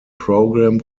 program